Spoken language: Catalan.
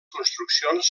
construccions